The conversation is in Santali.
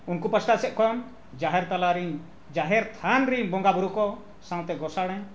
ᱩᱱᱠᱩ ᱯᱟᱥᱴᱟ ᱥᱮᱫ ᱠᱷᱚᱱ ᱡᱟᱦᱮᱨ ᱛᱟᱞᱟ ᱨᱤᱱ ᱡᱟᱦᱮᱨ ᱛᱷᱟᱱ ᱨᱤᱱ ᱵᱚᱸᱜᱟ ᱵᱩᱨᱩ ᱠᱚ ᱥᱟᱶᱛᱮ ᱜᱚᱥᱟᱬᱮ